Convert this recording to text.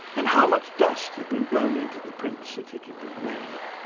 and how much dust had been blown into the prints that had had been made.